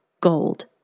Gold